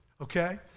okay